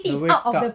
the wake up